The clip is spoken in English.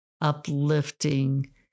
uplifting